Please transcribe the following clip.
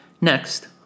Next